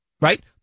Right